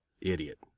Idiot